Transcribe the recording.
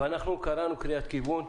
אבל אנחנו קראנו קריאת כיוון,